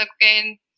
again